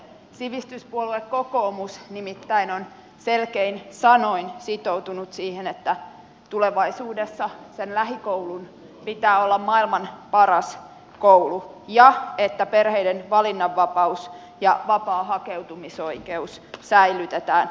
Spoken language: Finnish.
sivistyspuolue kokoomus nimittäin on selkein sanoin sitoutunut siihen että tulevaisuudessa sen lähikoulun pitää olla maailman paras koulu ja että perheiden valinnanvapaus ja vapaa hakeutumisoikeus säilytetään